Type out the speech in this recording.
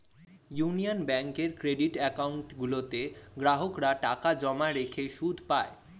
union ব্যাঙ্কের credit account গুলোতে গ্রাহকরা টাকা জমা রেখে সুদ পায়